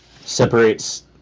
separates